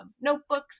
notebooks